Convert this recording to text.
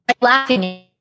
Laughing